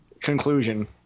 conclusion